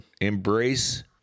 embrace